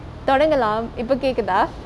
தொடங்கலாம் இப்ப கேக்குதா:thodangelaam ippe kekuthaa